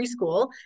preschool